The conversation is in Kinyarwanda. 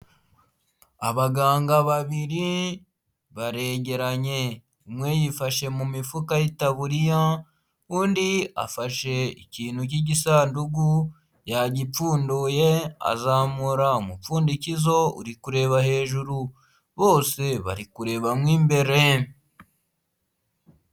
Abaganga babiri baregeranye, umwe yifashe mu mifuka y'itaburiya undi afashe ikintu cy'igisanduku yagipfunduye azamura umupfundikizo uri kureba hejuru bose bari kureba mo imbere.